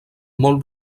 molt